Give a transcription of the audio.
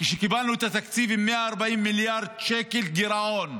כשקיבלנו מממשלתו של נתניהו את התקציב עם 140 מיליארד שקל גירעון,